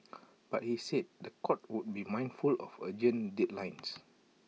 but he said The Court would be mindful of urgent deadlines